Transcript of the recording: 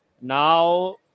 now